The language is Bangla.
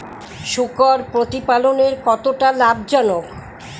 শূকর প্রতিপালনের কতটা লাভজনক?